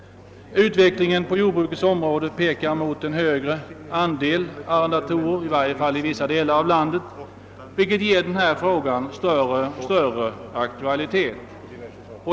Utvecklingen på jordbrukets område pekar mot en större andel arrendatorer, i varje fall i vissa delar av landet, vilket gör denna fråga alltmera aktuell.